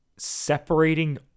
separating